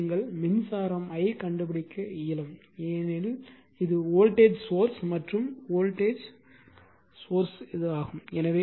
எனவே நீங்கள் மின்சாரம் i கண்டுபிடிக்க இயலும் ஏனெனில் இது வோல்டேஜ் சோர்ஸ் மற்றும் இது வோல்டேஜ் சோர்ஸ் ஆகும்